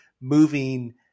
moving